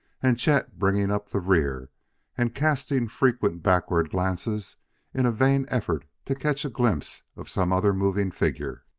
and chet bringing up the rear and casting frequent backward glances in a vain effort to catch a glimpse of some other moving figure.